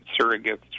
surrogates